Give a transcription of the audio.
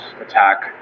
attack